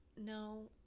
no